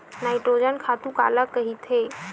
Nitrogen खातु काला कहिथे?